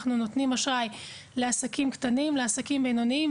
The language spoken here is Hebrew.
אנחנו נותנים אשראי לעסקים קטנים ובינוניים,